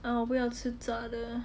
啊我不想吃炸的